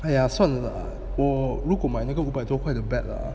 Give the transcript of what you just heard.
!aiya! 算了吧我如果买那个五百多块的 bat lah